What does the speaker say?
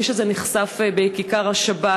כפי שזה נחשף ב"כיכר השבת",